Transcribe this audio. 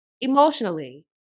emotionally